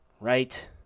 right